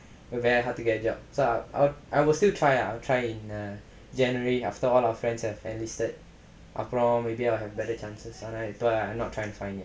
very hard to get jobs so I I I will still try lah I'll try in err january after all our friends have enlisted அப்றம்:apram maybe I'll have better chances ஆனா இப்ப:aanaa ippa I'm not trying to find